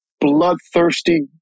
bloodthirsty